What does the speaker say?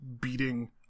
beating